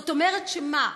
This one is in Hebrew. זאת אומרת, שמה?